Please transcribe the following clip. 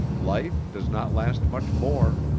life does not last much more,